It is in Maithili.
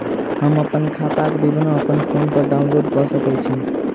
हम अप्पन खाताक विवरण अप्पन फोन पर डाउनलोड कऽ सकैत छी?